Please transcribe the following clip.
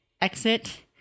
exit